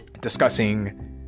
discussing